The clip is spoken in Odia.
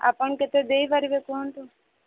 ଆପଣ କେତେ ଦେଇପାରିବେ କୁହନ୍ତୁ